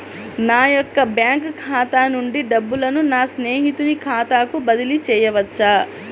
నా యొక్క బ్యాంకు ఖాతా నుండి డబ్బులను నా స్నేహితుని ఖాతాకు బదిలీ చేయవచ్చా?